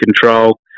control